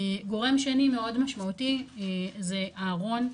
גורם שני מאוד משמעותי זה הארון,